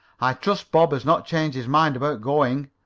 i trust bob has not changed his mind about going.